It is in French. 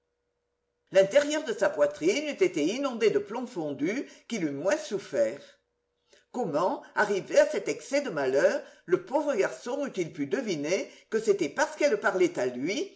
l'intérieur de sa poitrine eût été inondé de plomb fondu qu'il eût moins souffert comment arrivé à cet excès de malheur le pauvre garçon eût-il pu deviner que c'était parce qu'elle parlait à lui